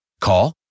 Call